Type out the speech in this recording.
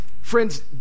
Friends